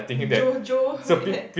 JoJo